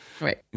Right